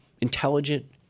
intelligent